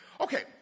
Okay